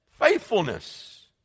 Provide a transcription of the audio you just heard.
faithfulness